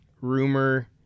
rumor